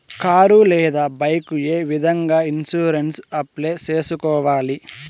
car లేదా bike ఏ విధంగా ఇన్సూరెన్సు అప్లై సేసుకోవాలి